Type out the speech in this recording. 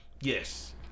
yes